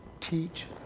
teach